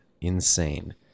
insane